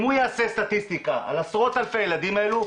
אם הוא יעשה סטטיסטיקה על עשרות אלפי הילדים האלו,